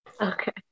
Okay